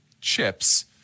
chips